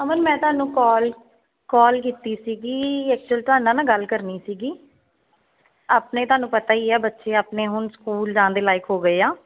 ਅਮਨ ਮੈਂ ਤੁਹਾਨੂੰ call call ਕੀਤੀ ਸੀਗੀ ਐਕਚੁਅਲ ਤੁਹਾਡੇ ਨਾਲ ਨਾ ਗੱਲ ਕਰਨੀ ਸੀਗੀ ਆਪਣੇ ਤੁਹਾਨੂੰ ਪਤਾ ਹੀ ਹੈ ਬੱਚੇ ਆਪਣੇ ਹੁਣ ਸਕੂਲ ਜਾਣ ਦੇ ਲਾਈਕ ਹੋ ਗਏ ਆ